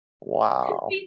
Wow